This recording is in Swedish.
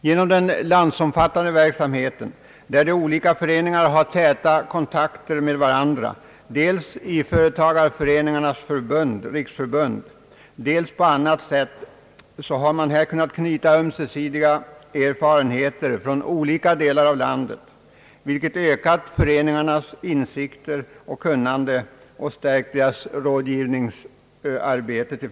Genom den landsomfattande verksamhet där de olika föreningarna har täta kontakter med varandra, dels i Företagareföreningarnas riksförbund, dels på annat sätt, har man här kunnat vinna ömsesidiga erfarenheter från olika delar av landet, vilket ökat föreningarnas insikter och kunnande och stärkt deras arbete med rådgivning till företagen.